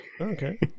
Okay